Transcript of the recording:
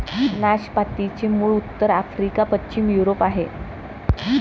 नाशपातीचे मूळ उत्तर आफ्रिका, पश्चिम युरोप आहे